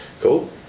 Cool